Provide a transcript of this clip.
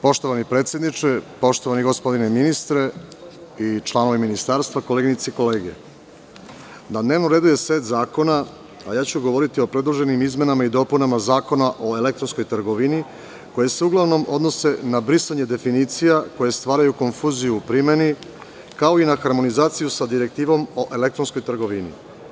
Poštovani predsedniče, poštovani ministre i članovi ministarstva, koleginice i kolege, na dnevnom redu je set zakona, a ja ću govoriti o predloženim izmenama i dopunama Zakona o elektronskoj trgovini, koje se uglavnom odnose na brisanje definicija koje stvaraju konfuziju kao i na harmonizaciju sa direktivom o elektronskoj trgovini.